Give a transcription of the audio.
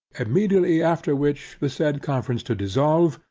immediately after which, the said conference to dissolve,